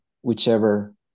whichever